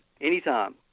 anytime